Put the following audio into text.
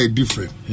different